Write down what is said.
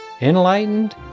enlightened